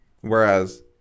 whereas